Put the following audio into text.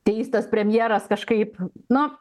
teistas premjeras kažkaip nu